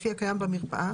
לפי הקיים במרפאה,